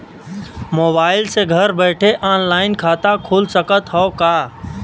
Mobile से घर बैठे ऑनलाइन खाता खुल सकत हव का?